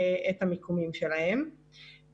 את המיקומים שלהם.